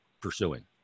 pursuing